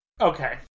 Okay